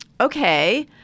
okay